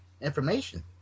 information